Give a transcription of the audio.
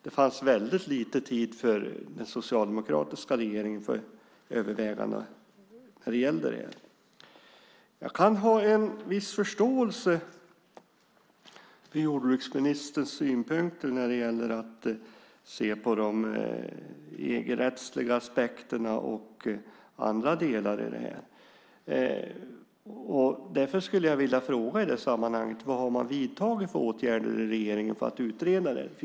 Det fanns väldigt lite tid för den socialdemokratiska regeringen för överväganden. Jag kan ha en viss förståelse för jordbruksministerns synpunkter när det gäller att se på de EG-rättsliga aspekterna och andra delar i det här. Därför skulle jag i det sammanhanget vilja fråga vad man har vidtagit för åtgärder i regeringen för att utreda det.